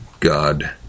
God